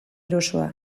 erosoa